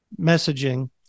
messaging